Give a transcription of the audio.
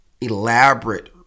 elaborate